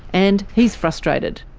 and he's frustrated.